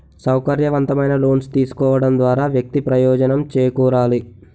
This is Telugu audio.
సౌకర్యవంతమైన లోన్స్ తీసుకోవడం ద్వారా వ్యక్తి ప్రయోజనం చేకూరాలి